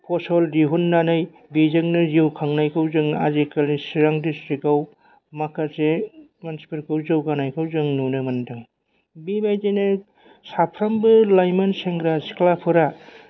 फसल दिहुननानै बेजोंनो जिउ खांनायखौ जों आजिखालि चिरां डिसट्रिक्टआव माखासे मानसिफोरखौ जौगानायखौ जों नुनो मोनदों बेबायदिनो साफ्रामबो लाइमोन सेंग्रा सिख्लाफोरा